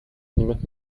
niemand